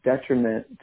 detriment